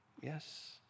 Yes